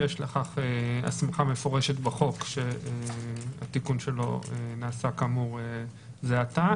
יש לכך הסמכה מפורשת בחוק שהתיקון שלו נעשה כאמור זה עתה